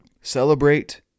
Celebrate